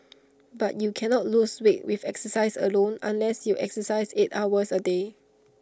but you cannot lose weight with exercise alone unless you exercise eight hours A day